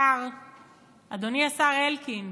אדוני השר אלקין,